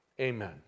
Amen